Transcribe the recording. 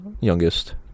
youngest